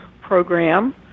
program